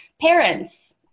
parents